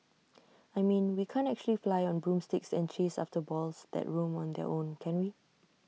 I mean we can't actually fly on broomsticks and chase after balls that roam on their own can we